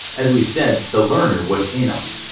as we said, the learner was in on it.